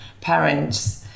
parents